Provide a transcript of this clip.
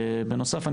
בנוסף,